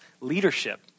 leadership